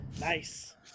Nice